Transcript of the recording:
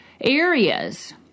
areas